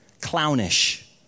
clownish